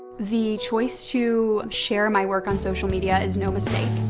the choice to share my work on social media is no mistake.